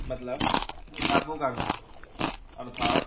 मतलब किताबों का घर अर्थात्